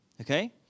Okay